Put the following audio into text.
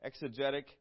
exegetic